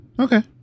okay